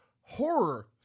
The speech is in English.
horror